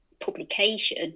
publication